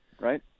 right